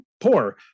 poor